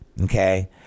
Okay